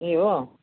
ए हो